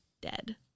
dead